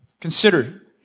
Consider